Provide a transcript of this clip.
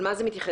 למה זה מתייחס?